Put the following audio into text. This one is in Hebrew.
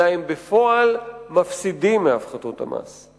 אלא הם בפועל מפסידים מהפחתות המס.